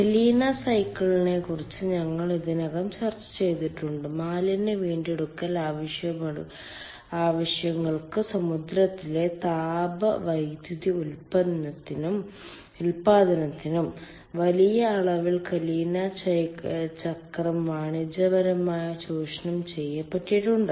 കലിന സൈക്കിളിനെക്കുറിച്ച് ഞങ്ങൾ ഇതിനകം ചർച്ച ചെയ്തിട്ടുണ്ട് മാലിന്യ വീണ്ടെടുക്കൽ ആവശ്യങ്ങൾക്കും സമുദ്രത്തിലെ താപവൈദ്യുതി ഉൽപ്പാദനത്തിനും വലിയ അളവിൽ കലിന ചക്രം വാണിജ്യപരമായി ചൂഷണം ചെയ്യപ്പെട്ടിട്ടുണ്ട്